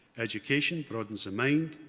education broadens the mind,